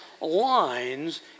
lines